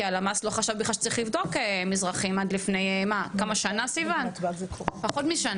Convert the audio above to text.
כי הלמ"ס בכלל לא חשב שצריך לבדוק מזרחים עד לפני פחות משנה.